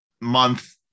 month